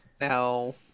no